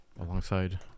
Alongside